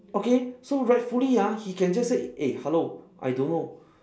okay so rightfully ah he can just say eh hello I don't know